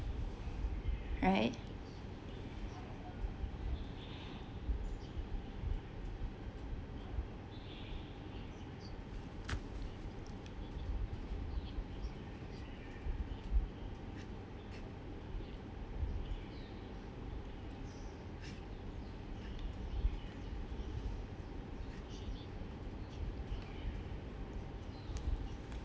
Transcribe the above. right